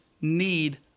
need